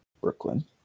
Brooklyn